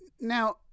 Now